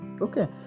Okay